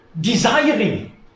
desiring